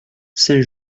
saint